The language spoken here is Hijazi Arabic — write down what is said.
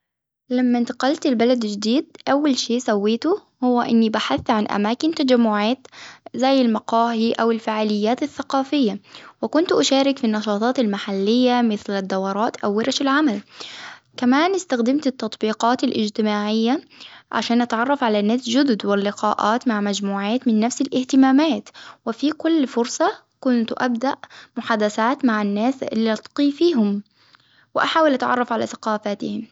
ما أنتقلت لبلد جديد أول شيء سويته هو إني بحثت عن أماكن تجمعات زي المقاهي أو الفعاليات الثقافية، وكنت أشارك في النشاطات المحلية مثل الدورات أو ورش العمل، كمان إستخدمت التطبيقات الإجتماعية عشان أتعرف على ناس جدد ، لقاءات مع مجموعات من نفس الإهتمامات، وفي كل فرصة كنت أبدأ محادثات مع الناس لثقتي فيهم، وأحاول أتعرف على ثقافاتهم.